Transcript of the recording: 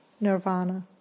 nirvana